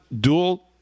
dual